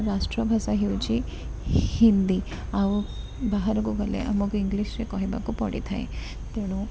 ରାଷ୍ଟ୍ରଭାଷା ହେଉଛି ହିନ୍ଦୀ ଆଉ ବାହାରକୁ ଗଲେ ଆମକୁ ଇଂଗ୍ଲିଶ୍ ରେ କହିବାକୁ ପଡ଼ିଥାଏ ତେଣୁ